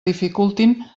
dificultin